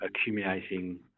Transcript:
accumulating